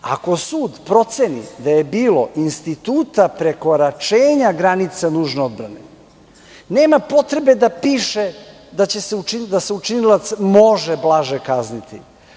Ako sud proceni da je bilo instituta prekoračenja granica nužne odbrane, nema potrebe da piše da se učinilac može blaže kazniti.